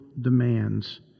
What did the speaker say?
demands